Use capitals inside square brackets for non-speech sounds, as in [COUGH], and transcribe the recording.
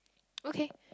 [NOISE] okay